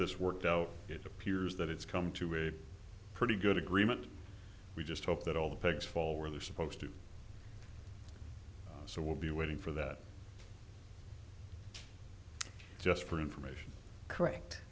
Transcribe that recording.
this worked out it appears that it's come to a pretty good agreement we just hope that all the pigs fall where they're supposed to so we'll be waiting for that just for information correct